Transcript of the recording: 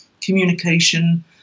communication